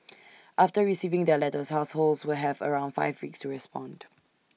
after receiving their letters households will have around five weeks to respond